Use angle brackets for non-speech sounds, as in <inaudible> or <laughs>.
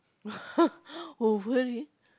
<laughs> over~